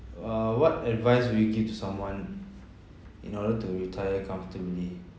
err what advice would you give to someone in order to retire comfortably